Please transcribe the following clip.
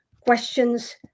questions